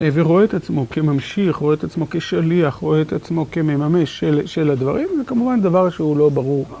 ורואה את עצמו כממשיך, רואה את עצמו כשליח, רואה את עצמו כמממש של הדברים, זה כמובן דבר שהוא לא ברור.